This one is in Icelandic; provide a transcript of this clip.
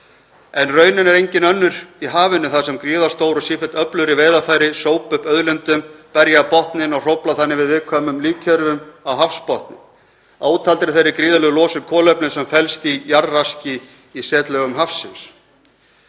en raunin er engin önnur í hafinu þar sem gríðarstór og sífellt öflugri veiðarfæri sópa upp auðlindum, berja botninn og hrófla þannig við viðkvæmum lífkerfum á hafsbotni, að ótalinni þeirri gríðarlegu losun kolefnis sem felst í jarðraski í setlögum hafsins,